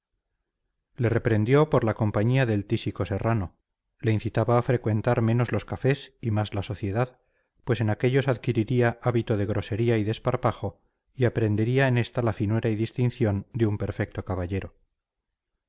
le reprendió por la compañía del tísico serrano le incitaba a frecuentar menos los cafés y más la sociedad pues en aquellos adquiriría hábito de grosería y desparpajo y aprendería en ésta la finura y distinción de un perfecto caballero